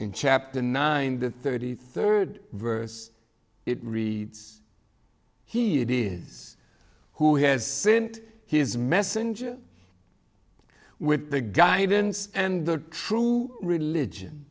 in chapter nine the thirty third verse it reads he it is who has sent his messenger with the guidance and the true religion